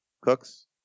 Cooks